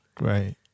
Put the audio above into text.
Right